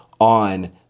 on